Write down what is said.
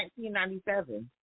1997